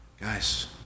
guys